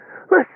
Listen